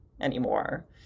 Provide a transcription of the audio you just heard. anymore